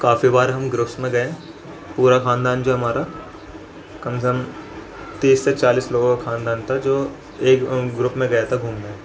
کافی بار ہم گروپس میں گئے پورا خاندان جو ہے ہمارا کم سے کم تیس سے چالیس لوگوں کا خاندان تھا جو ایک گروپ میں گیا تھا گھومنے